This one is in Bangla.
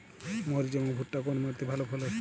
মরিচ এবং ভুট্টা কোন মাটি তে ভালো ফলে?